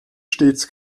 stets